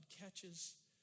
catches